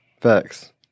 Facts